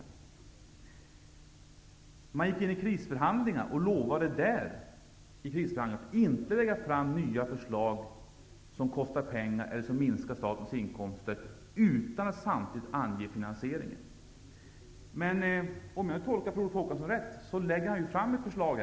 Socialdemokraterna gick in i krisförhandlingar och lovade att inte lägga fram nya förslag som kostar pengar eller som minskar statens inkomster utan att samtidigt ange hur de skall finansieras. Men om jag tolkar Per Olof Håkansson rätt, lägger han här fram ett förslag.